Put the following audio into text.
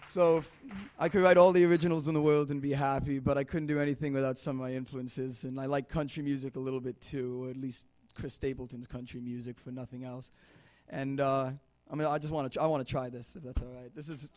so i could write all the originals in the world and be happy but i couldn't do anything without some of my influences and i like country music a little bit to chris table to country music for nothing else and i mean i just want to i want to try this this is